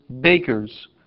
bakers